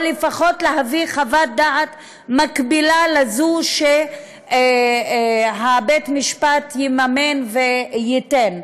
או לפחות להביא חוות דעת מקבילה לזו שבית-המשפט יממן וייתן.